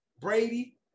Brady